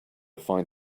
find